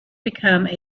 become